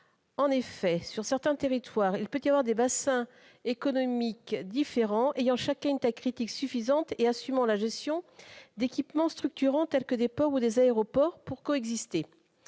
En effet, sur certains territoires, il peut y avoir des bassins économiques différents, ayant chacun une taille critique suffisante et assumant la gestion d'équipements structurants, tels que des ports ou des aéroports, pour coexister.